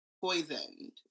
poisoned